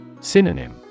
Synonym